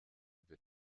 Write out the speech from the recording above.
wird